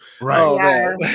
Right